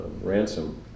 ransom